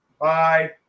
Bye